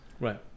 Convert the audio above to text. Right